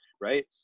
right